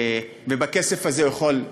בכסף הזה הוא יכול,